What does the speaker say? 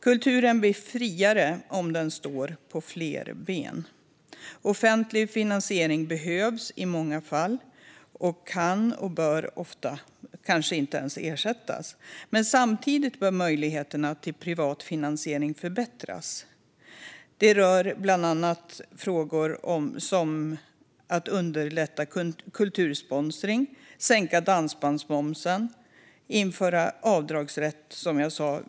Kulturen blir friare om den står på fler ben. Offentlig finansiering behövs i många fall - den bör kanske ofta inte ens ersättas. Men samtidigt bör möjligheterna till privat finansiering förbättras. Detta rör bland annat frågor om att underlätta kultursponsring, sänka dansbandsmomsen och införa avdragsrätt för konstinköp, som jag sa.